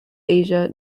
asia